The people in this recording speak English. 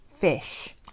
fish